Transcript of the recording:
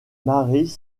marées